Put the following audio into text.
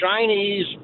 Chinese